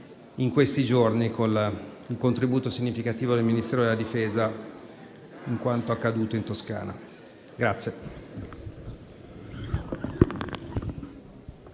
Grazie,